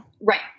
Right